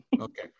okay